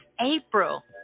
April